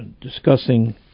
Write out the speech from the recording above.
discussing